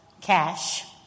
cash